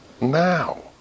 now